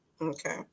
okay